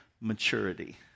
maturity